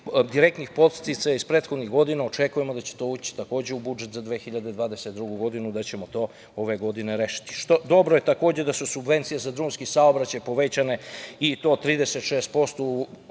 direktnih podsticaja iz prethodnih godina očekujemo da će to takođe ući u budžetu za 2022. godinu, da ćemo to ove godine rešiti. Dobro je da su subvencije za drumski saobraćaj povećane i to 36% u